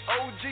OG